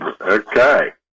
Okay